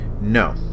No